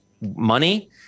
money